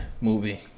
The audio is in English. movie